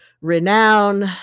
renown